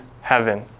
heaven